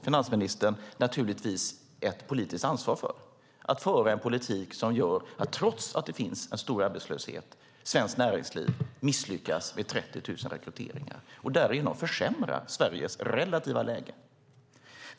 Finansministern har naturligtvis ansvar för att man för en politik som gör att Svenskt Näringsliv misslyckas med 30 000 rekryteringar trots hög arbetslöshet. Därigenom försämras Sveriges relativa läge.